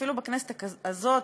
אפילו בכנסת הזאת,